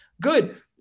Good